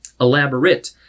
Elaborate